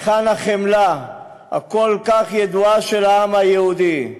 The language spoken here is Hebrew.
היכן החמלה הכל-כך ידועה של העם היהודי?